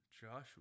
Joshua